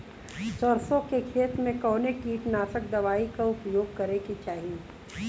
सरसों के खेत में कवने कीटनाशक दवाई क उपयोग करे के चाही?